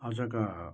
आजका